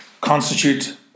constitute